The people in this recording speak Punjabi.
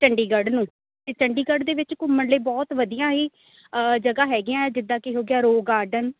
ਚੰਡੀਗੜ੍ਹ ਨੂੰ ਅਤੇ ਚੰਡੀਗੜ੍ਹ ਦੇ ਵਿੱਚ ਘੁੰਮਣ ਲਈ ਬਹੁਤ ਵਧੀਆ ਹੀ ਜਗ੍ਹਾ ਹੈਗੀਆਂ ਜਿੱਦਾਂ ਕਿ ਹੋ ਗਿਆ ਰੋਕ ਗਾਰਡਨ